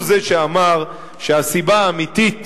הוא זה שאמר שהסיבה האמיתית